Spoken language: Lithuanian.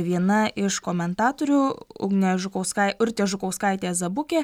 viena iš komentatorių ugnė žukauskaitė urtė žukauskaitė zabukė